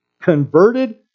converted